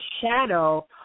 shadow